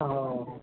हा